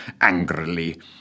angrily